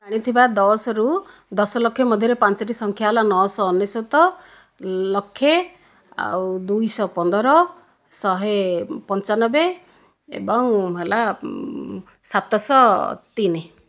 ଜାଣିଥିବା ଦଶରୁ ଦଶ ଲକ୍ଷ ମଧ୍ୟରେ ପାଞ୍ଚଟି ସଂଖ୍ୟା ହେଲା ନଅଶହ ଅନେଶ୍ୱତ ଲକ୍ଷେ ଆଉ ଦୁଇଶହ ପନ୍ଦର ଶହେ ପଞ୍ଚାନବେ ଏବଂ ହେଲା ସାତଶହ ତିନି